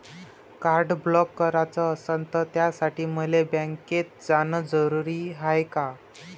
Card block कराच असनं त त्यासाठी मले बँकेत जानं जरुरी हाय का?